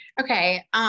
Okay